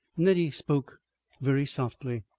nettie spoke very softly.